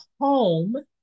home